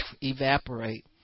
evaporate